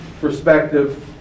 perspective